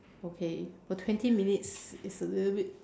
okay but twenty minutes is a little bit